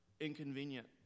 inconvenient